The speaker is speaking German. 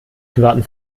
privaten